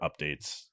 updates